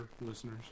listeners